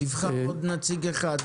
משרד הכלכלה,